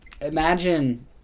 imagine